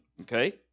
Okay